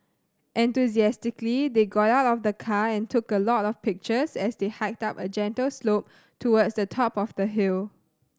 enthusiastically they got out of the car and took a lot of pictures as they hiked up a gentle slope towards the top of the hill